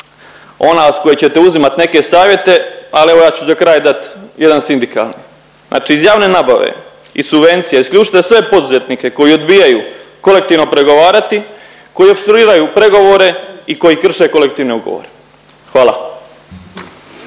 ona s koje ćete uzimat neke savjete, ali evo ja ću za kraj dat jedan sindikalni. Znači iz javne nabave i subvencija isključite sve poduzetnike koji odbijaju kolektivno pregovarati, koji opstruiraju pregovore i koji krše kolektivne ugovore. Hvala.